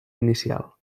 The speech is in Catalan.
inicial